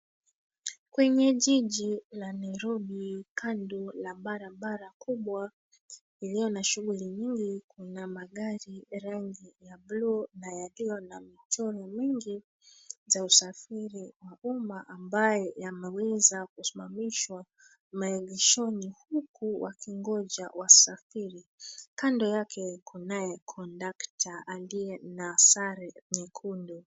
Kwenye jiji la Nairobi, kando la barabara kubwa iliyo na shughuli nyingi, kuna magari rangi ya bluu na yakiwa na michoro mingi za usafiri wa umma ambayo yameweza kusimamishwa maegeshoni, huku wakingoja wasafiri. Kando yake kunaye kondukta aliye na sare nyekundu.